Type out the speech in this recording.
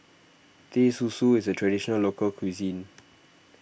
Teh Susu is a Traditional Local Cuisine